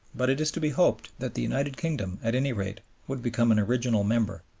but it is to be hoped that the united kingdom, at any rate, would become an original member.